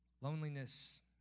Loneliness